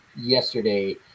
yesterday